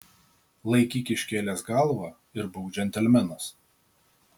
laikyk iškėlęs galvą ir būk džentelmenas